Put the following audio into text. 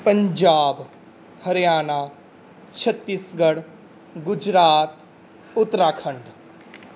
Punjab Haryana Chhattisgarh Gujarat Uttarakhand